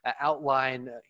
outline